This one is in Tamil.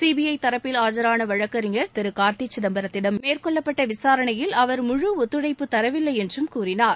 சிபிஐ தரப்பில் ஆஜரான வழக்கறிஞர் திரு கார்த்தி சிதம்பரத்திடம்மேற்கொள்ளப்பட்ட விசாரணையில் அவர் முழு ஒத்துழைப்பு தரவில்லை என்று கூறினார்